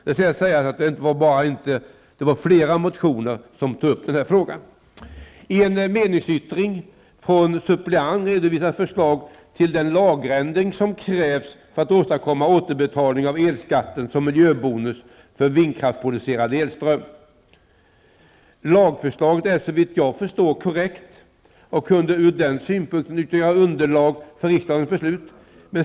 Denna fråga har tagits upp i flera motioner. I en meningsyttring från en suppleant redovisas förslag till den lagändring som krävs för att åstadkomma återbetalning av elskatten som miljöbonus för vindkraftsproducerad elström. Lagförslaget är, såvitt jag förstår, korrekt och kunde ur den synpunkten utgöra underlag för riksdagens beslut.